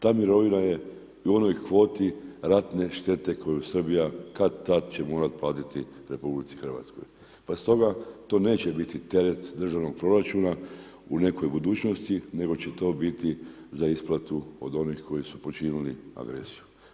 Ta mirovina je u onoj kvoti ratne štete koju Srbija kad-tad će morati platiti RH pa stoga to neće biti teret državnog proračuna u nekoj budućnosti, nego će to biti za isplatu od onih koji su počinili agresiju.